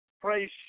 Praise